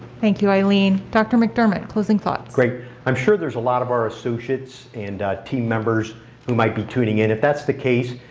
thank you eileen. dr. mcdermott, closing thoughts? great i'm sure there's a lot of our associates and team members who might be tuning in. if that's the case,